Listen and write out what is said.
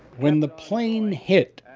when the plane hit,